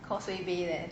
causeway bay leh